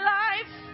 life